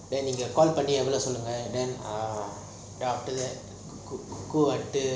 call பண்ணி எவ்ளோ சொல்லுங்க:panni evlo solunga then ah